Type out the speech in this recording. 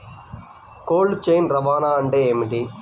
Cold chain రవాణా అంటే ఏమిటీ?